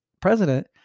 president